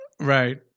Right